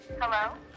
hello